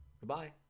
Goodbye